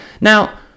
Now